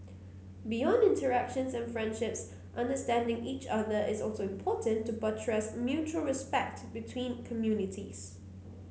beyond interactions and friendships understanding each other is also important to buttress mutual respect between communities